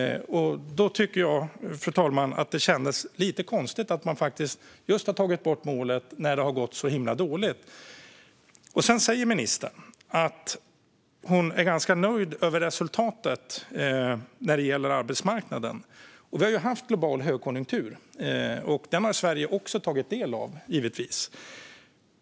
Jag tycker faktiskt att det känns lite konstigt att man har tagit bort målet just när det har gått så himla dåligt, fru talman. Sedan säger ministern att hon är ganska nöjd med resultatet när det gäller arbetsmarknaden. Vi har haft global högkonjunktur, och den har givetvis även Sverige tagit del av.